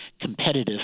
competitive